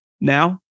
now